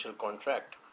contract